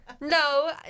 No